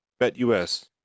BetUS